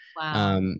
Wow